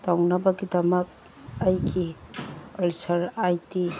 ꯇꯧꯅꯕꯒꯤꯗꯃꯛ ꯑꯩꯒꯤ answer I D